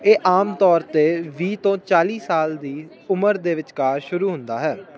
ਇਹ ਆਮ ਤੌਰ 'ਤੇ ਵੀਹ ਤੋਂ ਚਾਲੀ ਸਾਲ ਦੀ ਉਮਰ ਦੇ ਵਿਚਕਾਰ ਸ਼ੁਰੂ ਹੁੰਦਾ ਹੈ